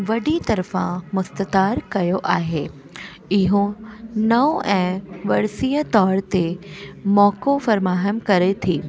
वॾी तरफ़ां मुस्ततार कयो आहे इहो नओं ऐं वर्सीअ तौर ते मौक़ो फरमाहम करे थी